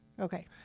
Okay